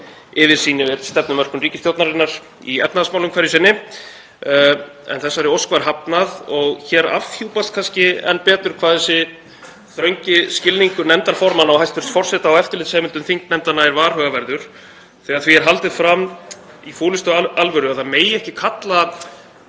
yfirsýn yfir stefnumörkun ríkisstjórnarinnar í efnahagsmálum hverju sinni. En þeirri ósk var hafnað. Hér afhjúpast kannski enn betur hvað þessi þröngi skilningur nefndarformanna og hæstv. forseta á eftirlitsheimildum þingnefndanna er varhugaverður þegar því er haldið fram í fúlustu alvöru að það megi ekki kalla